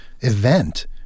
event